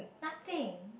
nothing